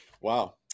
Wow